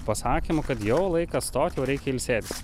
pasakymu kad jau laikas stoti jau reikia ilsėtis